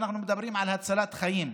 ואנחנו מדברים על הצלת חיים.